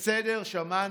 בסדר, שמענו.